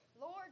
Lord